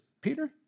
Peter